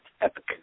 epic